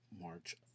March